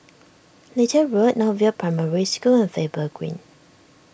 Little Road North View Primary School and Faber Green